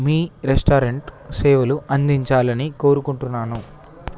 మీ restaurant సేవలు అందించాలని కోరుకుంటున్నాను